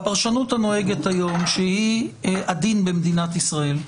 הפרשנות הנוהגת כיום שהיא הדין במדינת ישראל,